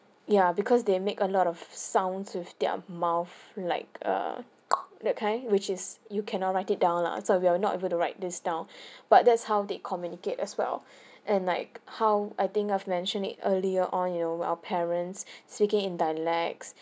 yeah because they make a lot of sounds with their mouth like err that kind which is you cannot write it down lah so we are not able to write this down but that's how they communicate as well and like how I think I've mentioned it earlier on you know where our parents speaking in dialects